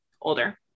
older